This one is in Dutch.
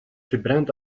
verbrand